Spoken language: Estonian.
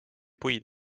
puid